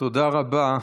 תודה רבה.